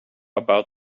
about